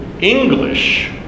English